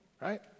right